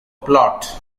plot